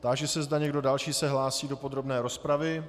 Táži se, zda někdo další se hlásí do podrobné rozpravy.